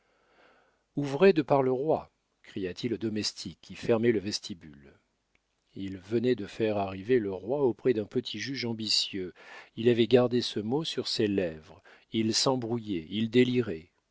ouvrez de par le roi cria-t-il au domestique qui fermait le vestibule il venait de faire arriver le roi auprès d'un petit juge ambitieux il avait gardé ce mot sur ses lèvres il s'embrouillait il délirait